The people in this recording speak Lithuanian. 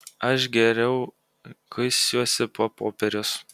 aš geriau kuisiuosi po popierius